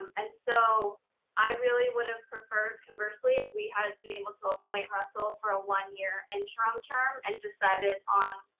um and so i really would have preferred conversely if we had been able to appoint russell for a one year interim term and decided on,